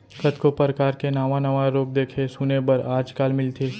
कतको परकार के नावा नावा रोग देखे सुने बर आज काल मिलथे